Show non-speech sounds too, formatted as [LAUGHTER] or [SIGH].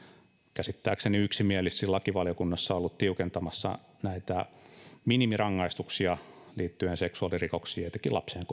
käsittääkseni yksimielisesti lakivaliokunnassa olleet tiukentamassa näitä minimirangaistuksia liittyen seksuaalirikoksiin etenkin lapseen [UNINTELLIGIBLE]